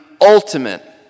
ultimate